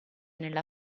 nella